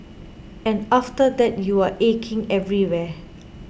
and after that you're aching everywhere